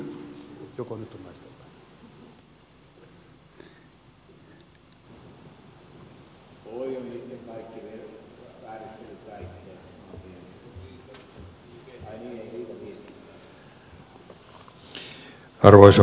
arvoisa puhemies